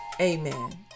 Amen